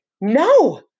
no